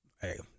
Hey